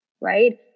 Right